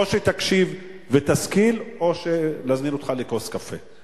או שתקשיב ותשכיל או שלהזמין אותך לכוס קפה.